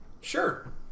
Sure